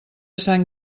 sant